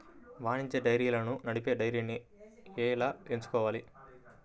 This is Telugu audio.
వాణిజ్య డైరీలను నడిపే డైరీని ఎలా ఎంచుకోవాలి?